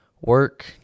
work